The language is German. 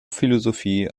philosophie